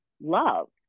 love